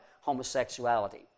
homosexuality